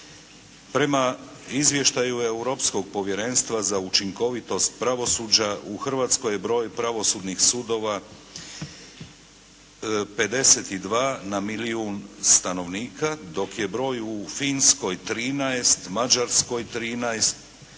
Prema izvještaju Europskog povjerenstva za učinkovitost pravosuđa u Hrvatskoj je broj pravosudnih sudova 52 na milijun stanovnika dok je broj u Finskoj 13, Mađarskoj 13,